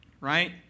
right